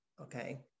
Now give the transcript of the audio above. okay